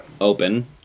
open